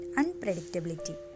unpredictability